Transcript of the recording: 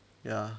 ya